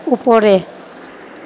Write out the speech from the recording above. উপরে